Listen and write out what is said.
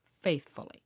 faithfully